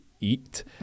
eat